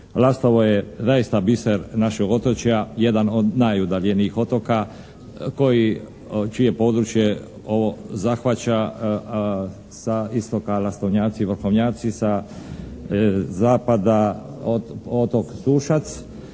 Lastovo je zaista biser našeg otočja, jedan od najudaljenijih otoka koji, čije područje zahvaća sa istoka Lastovnjaci, Vrhovnjaci, sa zapada otok Sušac